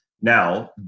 Now